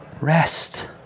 rest